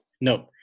no